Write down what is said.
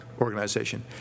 organization